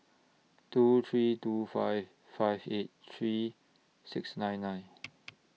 two three two five five eight three six nine nine